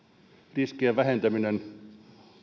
riskien vähentäminen